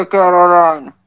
Caroline